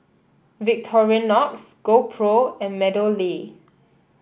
Victorinox GoPro and MeadowLea